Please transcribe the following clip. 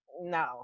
no